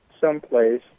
someplace